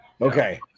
Okay